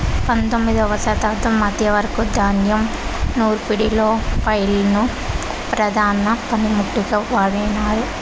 పందొమ్మిదవ శతాబ్దం మధ్య వరకు ధాన్యం నూర్పిడిలో ఫ్లైల్ ను ప్రధాన పనిముట్టుగా వాడేవారు